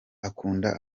akunda